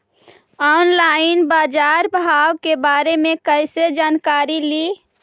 Online बाजार भाव के बारे मे कैसे जानकारी ली?